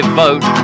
vote